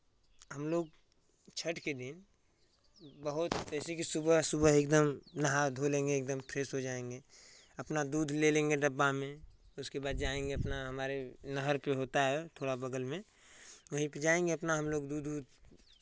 हम लोग छठ के दिन बहुत जैसेकि सुबह सुबह ही एकदम नहा धो लेंगे एकदम फ्रेश हो जाएंगे अपना दूध ले लेंगे डब्बा में उसके बाद जाएंगे अपना हमारे नहर पे होता है थोड़ा बगल में वहीं पे जाएंगे अपना हम लोग दूध ऊध